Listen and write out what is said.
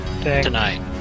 tonight